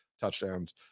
touchdowns